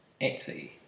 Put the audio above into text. Etsy